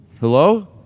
Hello